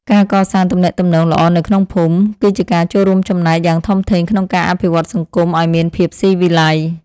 ការកសាងទំនាក់ទំនងល្អនៅក្នុងភូមិ គឺជាការចូលរួមចំណែកយ៉ាងធំធេងក្នុងការអភិវឌ្ឍន៍សង្គមឱ្យមានភាពស៊ីវិល័យ។